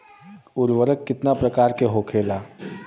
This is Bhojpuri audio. उर्वरक कितना प्रकार के होखेला?